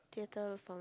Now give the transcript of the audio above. theatre from a